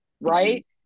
Right